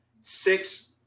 Six